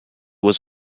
was